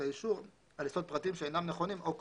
האישור על יסוד פרטים שאינם נכונים או כוזבים,